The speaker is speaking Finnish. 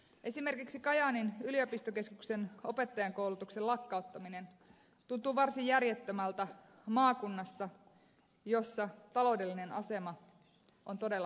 esimerkiksi kajaanin yliopistokeskuksen opettajankoulutuksen lakkauttaminen tuntuu varsin järjettömältä maakunnassa jossa taloudellinen asema on todella haasteellinen